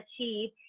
achieve